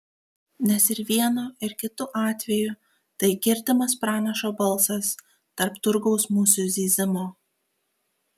nes ir vienu ir kitu atveju tai girdimas pranašo balsas tarp turgaus musių zyzimo